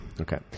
Okay